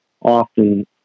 often